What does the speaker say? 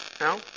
No